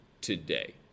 today